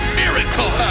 miracle